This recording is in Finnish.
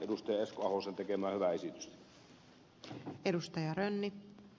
esko ahosen tekemää hyvää esitystä